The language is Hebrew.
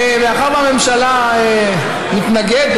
מאחר שהממשלה מתנגדת,